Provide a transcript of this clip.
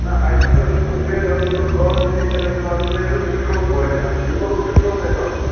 نہ اَسہِ حظ گژھن تِم بیٹ آسٕنۍ مطلب کالٹی تہِ گژھِ اَصٕل آسٕنۍ بیٚیہِ گژھن سِٹرٛوک وٲلۍ آسٕنۍ مطلب سِٹروک گژھِ آسُن